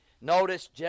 Notice